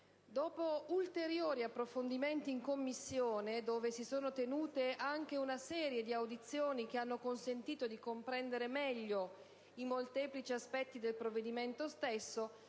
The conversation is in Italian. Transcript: Dopo ulteriori approfondimenti in Commissione, dove si sono tenute anche una serie di audizioni che hanno consentito di comprenderne meglio i molteplici aspetti, abbiamo ritenuto